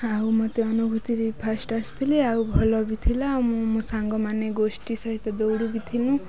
ଆଉ ମୋତେ ଅନୁଭୂତି ଫାର୍ଷ୍ଟ ଆସିଥିଲି ଆଉ ଭଲ ବି ଥିଲା ଆଉ ମୁଁ ମୋ ସାଙ୍ଗମାନେ ଗୋଷ୍ଠୀ ସହିତ ଦୌଡ଼ି ବି ଥିଲୁ